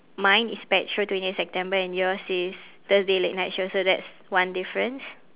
mine is pet show twentieth september and yours is thursday late night show so that's one difference